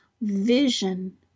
vision